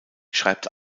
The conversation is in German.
schreibt